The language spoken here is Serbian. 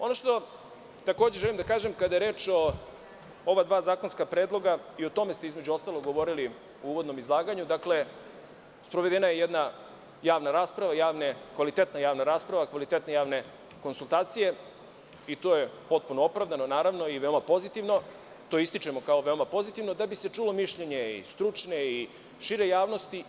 Ono što takođe želim da kažem kada je reč o ovo dva zakonska predloga, i o tome ste između ostalog govorili u uvodnom izlaganju, dakle, sprovedena je jedna javna rasprava, kvalitetna javna rasprava, kvalitetne javne konsultacije i to je potpuno opravdano naravno i veoma pozitivno, to ističemo kao veoma pozitivno, da bi se čulu mišljenje i stručne i šire javnosti.